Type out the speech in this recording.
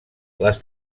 les